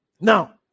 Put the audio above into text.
Now